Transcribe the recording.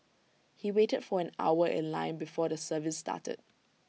he waited for an hour in line before the service started